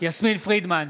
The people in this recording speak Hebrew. יסמין פרידמן,